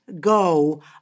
go